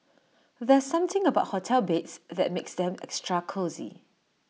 there's something about hotel beds that makes them extra cosy